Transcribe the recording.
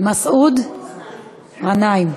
מסעוד גנאים.